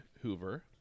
Hoover